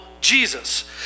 Jesus